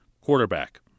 quarterback